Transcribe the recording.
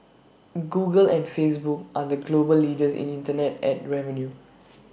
Google and Facebook are the global leaders in Internet Ad revenue